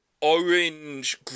orange